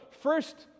first